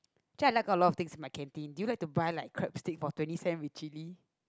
actually I like a lot of things my canteen do you like to buy like crabstick for twenty cents with chilli